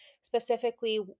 specifically